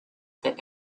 that